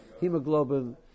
hemoglobin